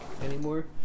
anymore